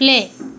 play